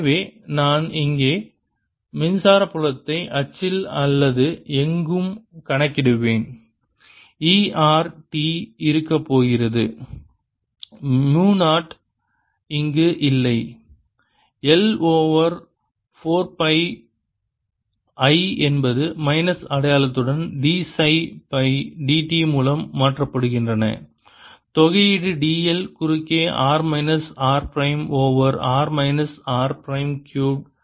எனவே நான் இங்கே மின்சார புலத்தை அச்சில் அல்லது எங்கும் கணக்கிடுவேன் E r t இருக்கப் போகிறது மு 0 இங்கு இல்லை 1 ஓவர் 4 பை I என்பது மைனஸ் அடையாளத்துடன் d சை பை dt மூலம் மாற்றப்படுகின்றன தொகையீடு dl குறுக்கே r minus r prime over r minus r prime cube